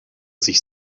sich